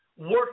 work